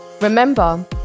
Remember